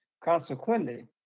consequently